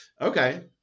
Okay